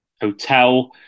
hotel